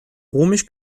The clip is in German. römisch